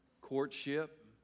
Courtship